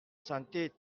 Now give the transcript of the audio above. santé